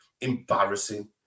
embarrassing